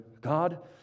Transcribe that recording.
God